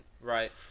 Right